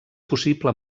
possible